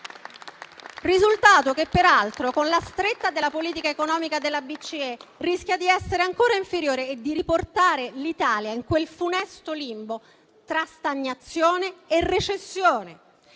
risultato che peraltro, con la stretta della politica economica della BCE, rischia di essere ancora inferiore e di riportare l'Italia nel funesto limbo tra stagnazione e recessione.